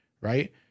Right